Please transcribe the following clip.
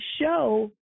show